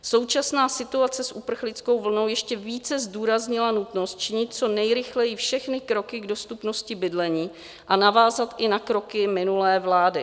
Současná situace s uprchlickou vlnou ještě více zdůraznila nutnost činit co nejrychleji všechny kroky k dostupnosti bydlení a navázat i na kroky minulé vlády.